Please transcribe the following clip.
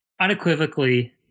unequivocally